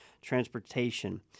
transportation